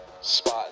Spot